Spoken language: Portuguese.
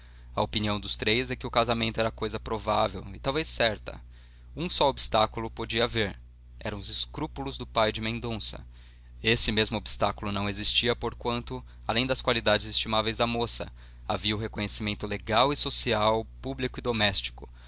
a opinião dos três é que o casamento era coisa provável e talvez certa um só obstáculo podia haver eram os escrúpulos do pai de mendonça esse mesmo obstáculo não existia porquanto além das qualidades estimáveis da moça havia o reconhecimento legal e social público e doméstico